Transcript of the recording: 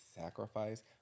sacrifice